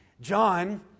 John